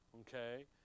Okay